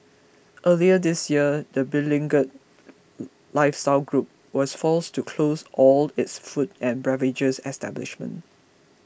earlier this year the beleaguered lifestyle group was forced to close all its food and beverage establishments